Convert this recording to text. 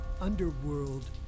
underworld